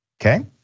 okay